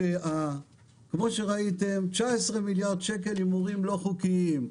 כמו שראיתם, 19 מיליארד שקל הימורים לא חוקיים.